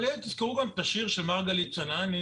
זה מורכב מדי.